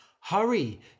Hurry